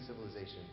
civilization